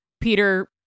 Peter